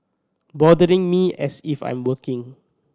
bothering me as if I'm working